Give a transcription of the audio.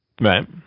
Right